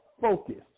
focused